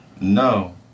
No